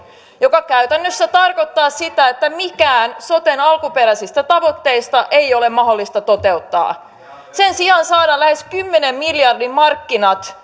joka käytännössä tarkoittaa sitä että mikään soten alkuperäisistä tavoitteista ei ole mahdollista toteuttaa sen sijaan saadaan lähes kymmenen miljardin markkinat